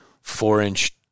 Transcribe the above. four-inch